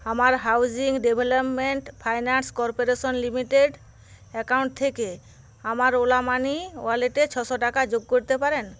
আমার housing development finance corporation limited account থেকে আমার ওলা মানি ওয়ালেটে ছশো টাকা যোগ করতে পারেন